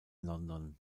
london